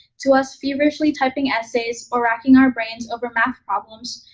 to us feverishly typing essays or racking our brains over math problems,